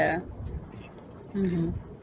ya mmhmm